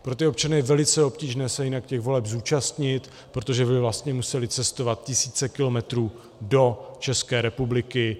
Pro ty občany je velice obtížné se jinak těch voleb zúčastnit, protože by vlastně museli cestovat tisíce kilometrů do České republiky.